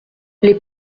les